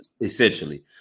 essentially